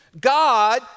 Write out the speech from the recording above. God